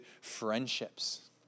friendships